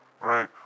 right